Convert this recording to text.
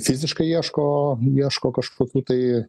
fiziškai ieško ieško kažkokių tai